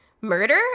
murder